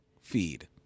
feed